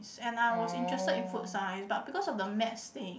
and I was interested in Food Science but because of the Maths thing